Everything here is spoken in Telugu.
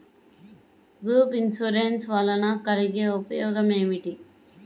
గ్రూప్ ఇన్సూరెన్స్ వలన కలిగే ఉపయోగమేమిటీ?